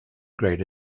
grade